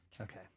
Okay